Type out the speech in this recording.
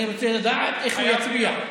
אני רוצה לדעת איך הוא יצביע.